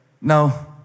No